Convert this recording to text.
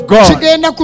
God